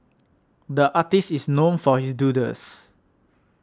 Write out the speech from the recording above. the artist is known for his doodles